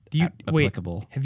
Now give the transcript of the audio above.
applicable